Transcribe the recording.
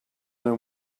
and